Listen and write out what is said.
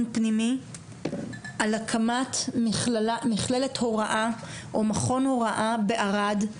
פנימי על הקמת מכללת הוראה או מכון הוראה בערד,